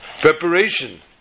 preparation